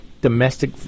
domestic